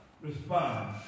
respond